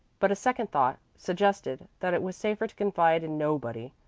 but a second thought suggested that it was safer to confide in nobody.